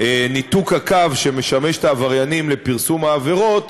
ניתוק הקו שמשמש את העברייניים לפרסום העבירות